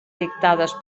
dictades